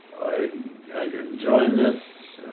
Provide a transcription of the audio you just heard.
i i could join this